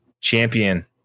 champion